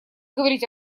говорить